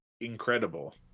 incredible